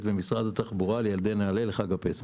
ומשרד התחבורה לילדי נעל"ה לחג הפסח.